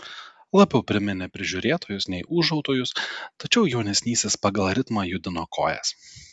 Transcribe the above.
labiau priminė prižiūrėtojus nei ūžautojus tačiau jaunesnysis pagal ritmą judino kojas